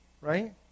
Right